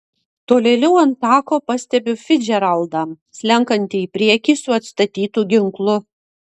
tolėliau ant tako pastebiu ficdžeraldą slenkantį į priekį su atstatytu ginklu